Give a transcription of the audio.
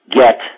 get